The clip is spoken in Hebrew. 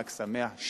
חג שמח,